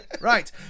Right